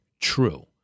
true